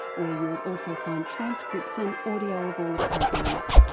where you'll also find transcripts and audio of all the programs.